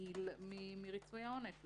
פעיל מריצוי העונש.